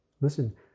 Listen